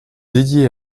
dédiée